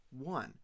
one